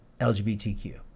LGBTQ